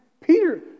Peter